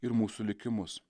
ir mūsų likimus